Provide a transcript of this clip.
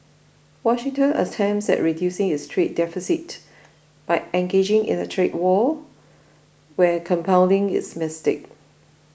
Washington's attempts at reducing its trade deficit by engaging in a trade war were compounding its mistakes